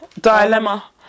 Dilemma